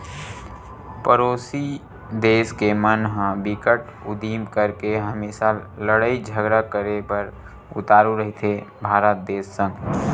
परोसी देस के मन ह बिकट उदिम करके हमेसा लड़ई झगरा करे बर उतारू रहिथे भारत देस संग